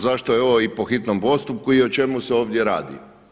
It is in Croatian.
Zašto je ovo i po hitnom postupku i o čemu se ovdje radi?